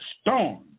storm